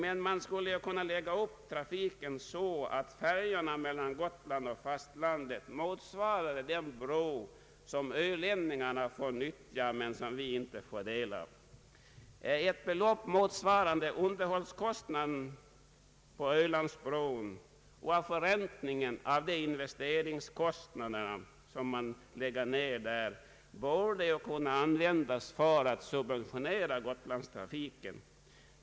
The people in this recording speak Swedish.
Men trafiken skulle kunna läggas upp så att färjorna mellan Gotland och fastlandet motsvarade den bro som ölänningarna får nyttja men som vi inte får del av. Ett belopp motsvarande underhållskostnaden på Ölandsbron och förräntningen av det investerade kapital som där har lagts ner borde kunna användas för att subventionera Gotlandstrafiken.